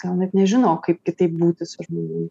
gal net nežino kaip kitaip būti su žmogum